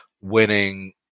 winning